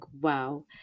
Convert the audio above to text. wow